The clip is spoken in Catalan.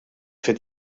fet